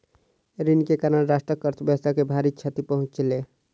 ऋण के कारण राष्ट्रक अर्थव्यवस्था के भारी क्षति पहुँचलै